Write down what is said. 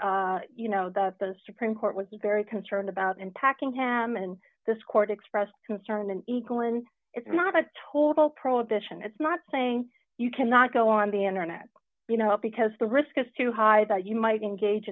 like you know that the supreme court was very concerned about impacting him and this court expressed concern and equal and it's not a total prohibition it's not saying you cannot go on the internet you know because the risk is too high that you might engage